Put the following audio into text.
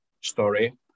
story